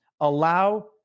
allow